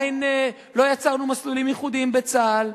עדיין לא יצרנו מסלולים ייחודיים בצה"ל,